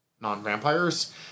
non-vampires